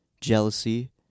jealousy